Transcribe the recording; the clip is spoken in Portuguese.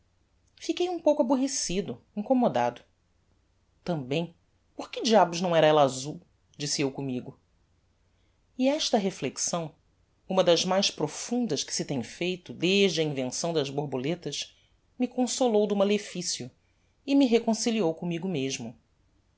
fiquei um pouco aborrecido incommodado tambem porque diabo não era ella azul disse eu commigo e esta reflexão uma das mais profundas que se tem feito desde a invenção das borboletas me consolou do maleficio e me reconciliou commigo mesmo